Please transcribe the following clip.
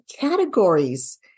categories